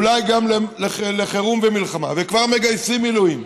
אולי, גם לחירום ומלחמה, וכבר מגייסים מילואים,